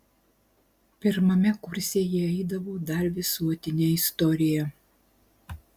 pirmame kurse jie eidavo dar visuotinę istoriją